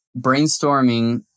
brainstorming